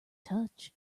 touch